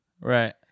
Right